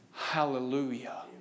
Hallelujah